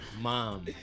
mom